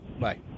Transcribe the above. Bye